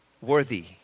worthy